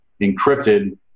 encrypted